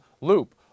loop